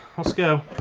lets go.